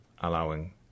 allowing